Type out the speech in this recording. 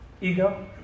Ego